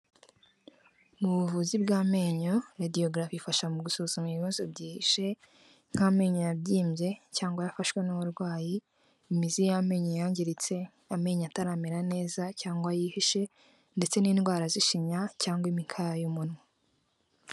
Mu buvuzi bw'amenyo ladiography ifasha mu gusuzuma ibibazo byihishe nk'amenyo yabyimbye cyangwa yafashwe n'abarwayi, imizi y'amenyo yangiritse, amenyo ataramera neza cyangwa yihishe ndetse n'indwara z'ishinya cyangwa imikaya y'umunwa.